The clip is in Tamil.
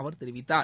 அவர் தெரிவித்தார்